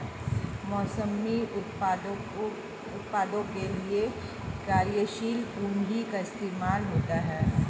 मौसमी उत्पादों के लिये कार्यशील पूंजी का इस्तेमाल होता है